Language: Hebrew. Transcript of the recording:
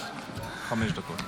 חמש דקות לרשותך.